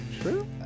true